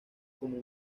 como